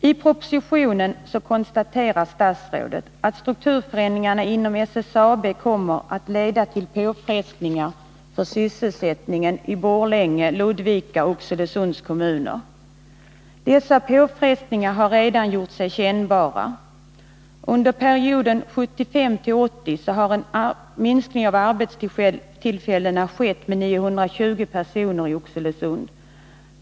I propositionen konstaterar statsrådet att strukturförändringarna inom SSAB kommer att leda till påfrestningar för sysselsättningen i Borlänge, Ludvika och Oxelösunds kommuner. Dessa påfrestningar har redan gjort sig kännbara. Under perioden 1975-1980 har en minskning av arbetstillfällena skett med 920 personer i Oxelösund.